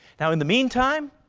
now in the meantime,